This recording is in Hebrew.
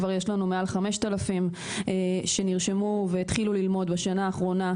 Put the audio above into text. כבר יש לנו מעל 5,000 שנרשמו והתחילו ללמוד בשנה האחרונה,